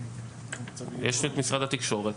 יש את משרד התקשורת,